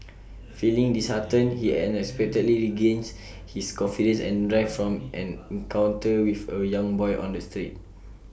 feeling disheartened he unexpectedly regains his confidence and drive from an encounter with A young boy on the street